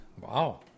Wow